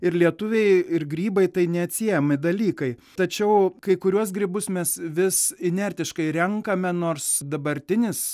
ir lietuviai ir grybai tai neatsiejami dalykai tačiau kai kuriuos grybus mes vis inertiškai renkame nors dabartinis